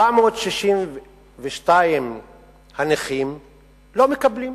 762 הנכים לא מקבלים.